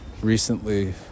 recently